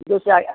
दूसरा आया